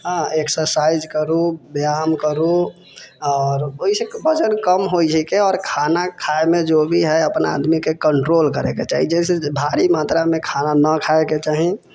exercise करूँ व्यायाम करूँ आओर ओहि से वजन कम होइ हइके आओर खाना खायमे जो भी हइ अपना आदमीके कंट्रोल करयके चाही जैसे भारी मात्रामे खाना नहि खायके चाही